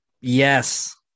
Yes